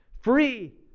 free